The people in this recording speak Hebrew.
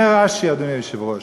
אומר רש"י, אדוני היושב-ראש: